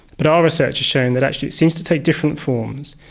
but our research has shown that actually it seems to take different forms.